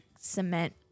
cement